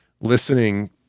listening